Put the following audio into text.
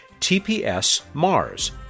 TPSMARS